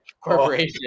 corporation